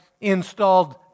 installed